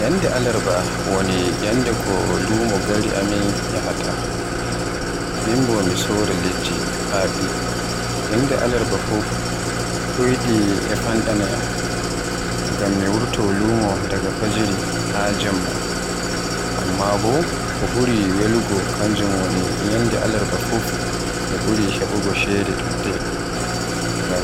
Yannde Alarba woni nyalde ko lumo gure men yahta, min bo mi soraa liɗɗi e faɓi, nyalde Alarba fuf ɗoyɗi e famɗanaayam. ngam mi wurto lumo daga fajiri haa jemma. Amma ko ɓuri welugo kanjum woni nyalede Alarba fuf mi ɓuri behugo ceede ɗuɗɗe.